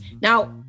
Now